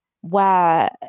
where-